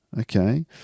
Okay